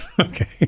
Okay